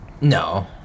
No